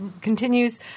continues